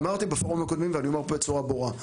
אמרתי בפורומים הקודמים ואני אומר את זה גם פה בצורה ברורה,